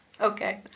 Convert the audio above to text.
Okay